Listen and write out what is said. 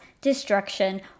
destruction